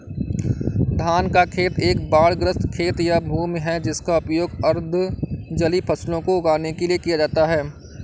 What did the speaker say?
धान का खेत एक बाढ़ग्रस्त खेत या भूमि है जिसका उपयोग अर्ध जलीय फसलों को उगाने के लिए किया जाता है